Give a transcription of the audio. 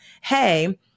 Hey